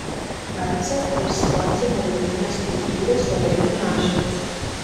kalcio ir stroncio molekulinės struktūros labai panašios